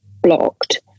blocked